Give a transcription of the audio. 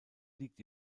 liegt